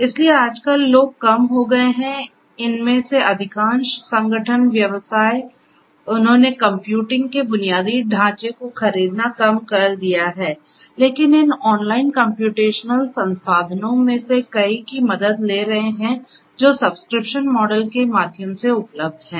इसलिए आजकल लोग कम हो गए हैं इनमें से अधिकांश संगठन व्यवसाय उन्होंने कंप्यूटिंग के बुनियादी ढांचे को खरीदना कम कर दिया है लेकिन इन ऑनलाइन कम्प्यूटेशनल संसाधनों में से कई की मदद ले रहे हैं जो सब्सक्रिप्शन मॉडल के माध्यम से उपलब्ध हैं